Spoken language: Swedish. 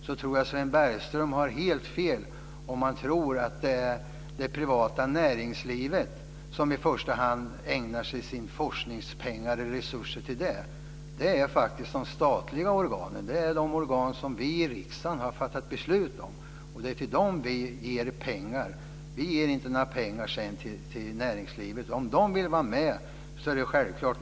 Jag tror att Sven Bergström har helt fel om han tror att det är det privata näringslivet som i första hand ägnar sina forskningspengar och resurser till det. Det är faktiskt de statliga organen som bedriver forskning, de organ som vi i riksdagen har fattat beslut om. Det är till dem vi ger pengar. Vi ger inte några pengar till näringslivet. Om det vill vara med är det självklart att det kan vara med.